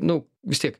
nu vis tiek